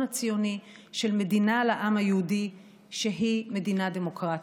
הציוני של מדינה לעם היהודי שהיא מדינה דמוקרטית.